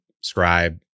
scribe